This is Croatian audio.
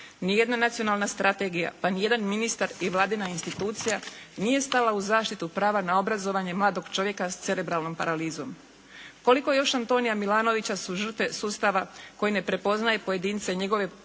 ni jedna nacionalna strategija pa ni jedan ministar i Vladina institucija nije stala u zaštitu prava na obrazovanje mladog čovjeka s cerebralnom paralizom. Koliko još Antonija Milanovića su žrtve sustava koji ne prepoznaje pojedince i njegove osobne